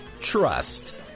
Trust